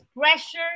pressure